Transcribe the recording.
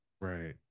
Right